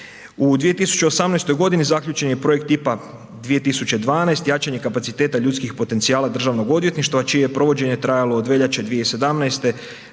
U 2018. godini zaključen je projekt IPA 2012. jačanje kapaciteta ljudskih potencijala državnog odvjetništva čije je provođenje trajalo od veljače 2017. do